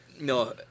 No